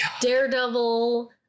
Daredevil